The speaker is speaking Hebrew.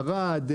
ערד,